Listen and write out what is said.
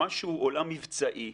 מה שהוא עולם מבצעי,